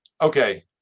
okay